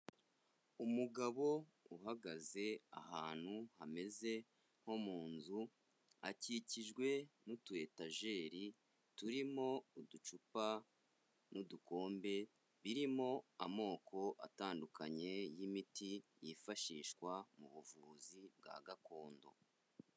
Umugabo uhagaze ahantu hameze nko mu nzu, akikijwe n'utuyetageri turimo uducupa n'udukombe, birimo amoko atandukanye y'imiti yifashishwa mu buvuzi bwa gakondo.